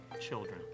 children